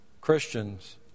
Christians